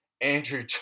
Andrew